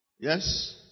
Yes